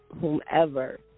whomever